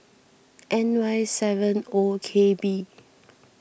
N Y seven O K B